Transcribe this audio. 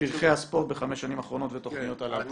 "פרחי הספורט" בחמש השנים האחרונות ותכניות לעתיד.